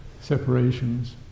separations